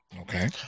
Okay